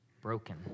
broken